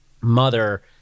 mother